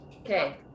Okay